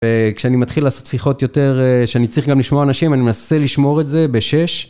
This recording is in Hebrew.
כשאני מתחיל לעשות שיחות יותר, כשאני צריך גם לשמוע אנשים, אני מנסה לשמור את זה בשש.